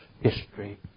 history